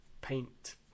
paint